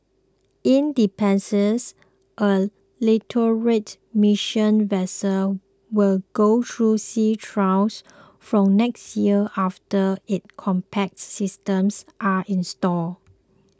independence a literate mission vessel will go through sea trials from next year after its combats systems are installed